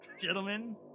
Gentlemen